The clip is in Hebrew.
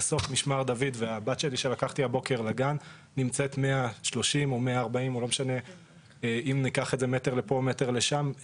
בסוף משמר דוד והבת שלי שלקחתי הבוקר לגן נמצאת 130-140 מטרים מתחת